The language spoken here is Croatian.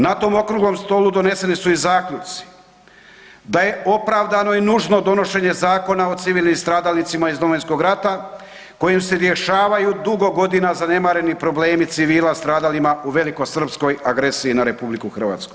Na tom Okruglom stolu doneseni su i zaključci da je opravdano i nužno donošenje Zakona o civilnim stradalnicima iz Domovinskog rata kojim se rješavaju dugo godina zanemareni problemi civila stradalima u velikosrpskoj agresiji na RH.